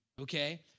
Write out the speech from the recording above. okay